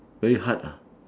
very hard ah